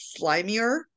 slimier